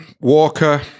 Walker